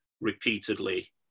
repeatedly